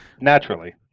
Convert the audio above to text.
Naturally